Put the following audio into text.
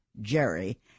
Jerry